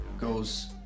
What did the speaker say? goes